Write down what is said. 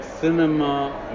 cinema